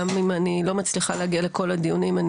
גם אם אני לא מצליחה להגיע לכל הדיונים אני